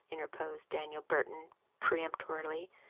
interposed daniel burton peremptorily,